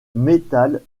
métal